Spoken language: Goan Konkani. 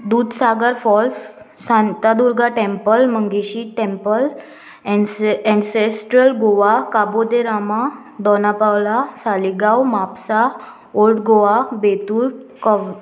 Dudhsagar falls Shantadurga temple Mangeshi temple एनसे ancestral Goa Cabo de Rama Dona Paula Saligao Mapusa old Goa Betul CoV